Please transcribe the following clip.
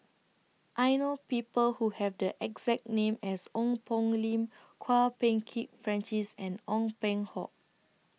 I know People Who Have The exact name as Ong Poh Lim Kwok Peng Kin Francis and Ong Peng Hock